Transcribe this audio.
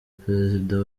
perezida